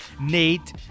Nate